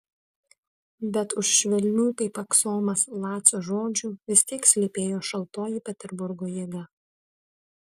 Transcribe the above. bet už švelnių kaip aksomas lacio žodžių vis tiek slypėjo šaltoji peterburgo jėga